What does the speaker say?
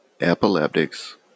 epileptics